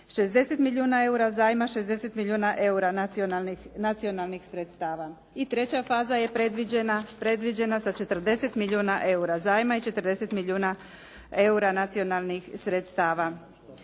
60 milijuna eura zajma, 60 milijuna eura nacionalnih sredstava. I treća faza je predviđena sa 40 milijuna eura zajma i 40 milijuna eura nacionalnih sredstava.